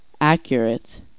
accurate